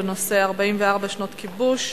בנושא: 44 שנות כיבוש,